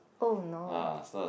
oh no